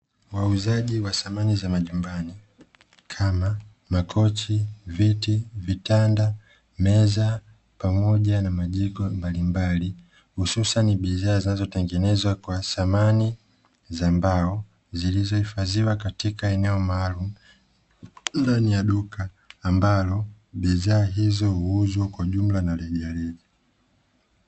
Wauzaji wa samani za majumbani kama makochi, viti, vitanda, meza pamoja na majiko mbalimbali. Hususani bidhaa zinazotengenezwa kwa samani za mbao, zilizohifadhiwa katika eneo maalumu ndani ya duka ambalo bidhaa hizo huuzwa kwa jumla na rejareja.